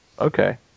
Okay